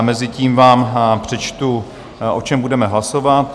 Mezitím vám přečtu, o čem budeme hlasovat.